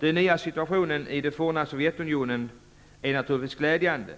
Den nya situationen i det forna Sovjetunionen är naturligtvis glädjande,